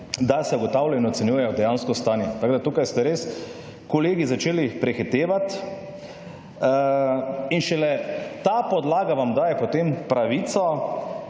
da se »ugotavljeno« ocenjuje dejansko stanje. Tako da, tukaj ste res, kolegi začeli prehitevat. In šele ta podlaga vam daje potem pravico,